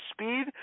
speed